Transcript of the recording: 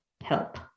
help